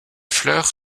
fleurs